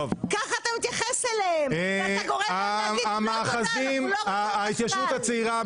ככה אתה מתייחס אליהם ואתה גורם --- ההתיישבות הצעירה,